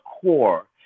core